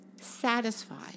satisfied